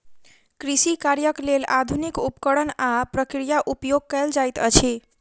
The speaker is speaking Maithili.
कृषि कार्यक लेल आधुनिक उपकरण आ प्रक्रिया उपयोग कयल जाइत अछि